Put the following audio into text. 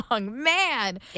Man